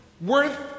worth